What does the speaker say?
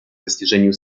достижению